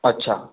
अछा